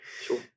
Sure